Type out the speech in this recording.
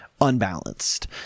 unbalanced